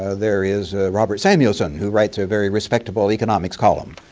ah there is robert samuelson who writes a very respectable economics column.